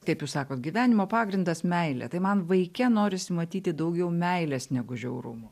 kaip jūs sakot gyvenimo pagrindas meilė tai man vaike norisi matyti daugiau meilės negu žiaurumų